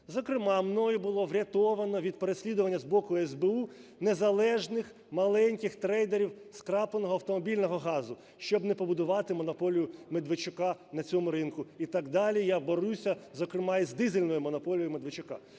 Зокрема, мною було врятовано від переслідування з боку СБУ незалежних маленьких трейдерів скрапленого автомобільного газу. Щоб не побудувати монополію Медведчука на цьому ринку і так далі, я борюся, зокрема, і з дизельною монополією Медведчука.